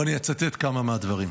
ואני אצטט כמה מהדברים.